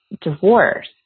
divorce